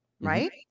right